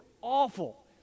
awful